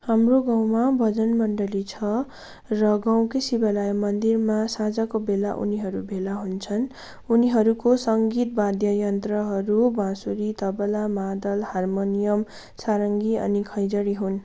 हाम्रो गाउँमा भजन मण्डली छ र गाउँकै शिवालय मन्दिरमा साँझको बेला उनीहरू भेला हुन्छन् उनीहरूको सङ्गीत वाद्य यन्त्रहरू बाँसुरी तबला मादल हार्मोनियम सारङ्गी अनि खैँजडी हुन्